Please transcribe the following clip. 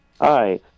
Hi